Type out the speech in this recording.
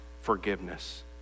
forgiveness